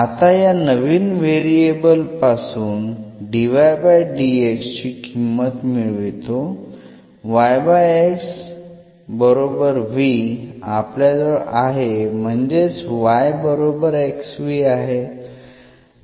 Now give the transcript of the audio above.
आता या नवीन व्हेरिएबल पासून ची किंमत मिळवितो आपल्याजवळ आहे म्हणजेच आहे